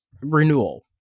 renewal